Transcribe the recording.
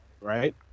Right